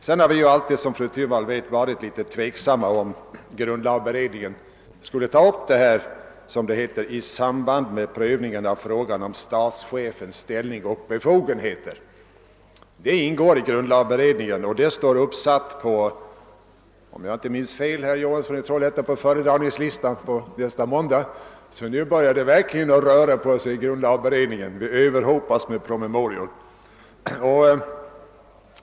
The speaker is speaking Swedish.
Vi har vidare, såsom fru Thunvall vet, alltid ställt oss en smula tveksamma om grundlagberedningen har att ta upp detta spörsmål i samband med frågan om statschefens ställning och befogenheter. Den senare frågan ingår i grundlagberedningens uppdrag och är om jag inte minns fel, herr Johansson i Trollhättan, upptagen på dess föredragningslista nästa måndag. Nu börjar det röra på sig ordentligt inom grundlagberedningen.